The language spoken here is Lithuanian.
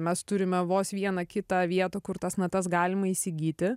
mes turime vos vieną kitą vietą kur tas natas galima įsigyti